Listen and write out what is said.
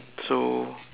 so